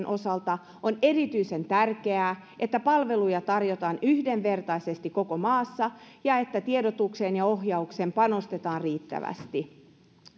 osalta on erityisen tärkeää että palveluja tarjotaan yhdenvertaisesti koko maassa ja että tiedotukseen ja ohjaukseen panostetaan riittävästi